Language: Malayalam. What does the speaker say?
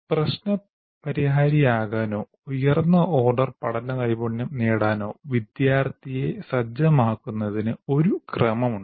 പ്രശ്ന പരിഹാരിയാകാനോ ഉയർന്ന ഓർഡർ പഠന നൈപുണ്യം നേടാനോ വിദ്യാർത്ഥിയെ സജ്ജമാക്കുന്നത്തിന് ഒരു ക്രമം ഉണ്ട്